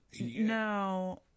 No